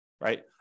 right